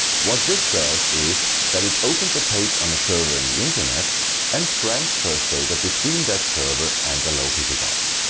what this does is that it opens a page on a server in the internet and transfers data between that server and the local device.